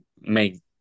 make